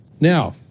Now